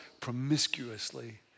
promiscuously